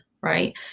right